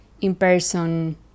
in-person